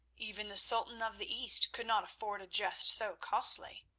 even the sultan of the east could not afford a jest so costly.